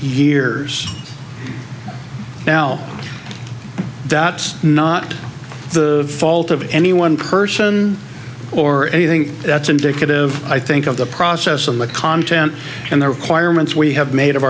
years now that's not the fault of any one person or anything that's indicative i think of the process and the content and the requirements we have made of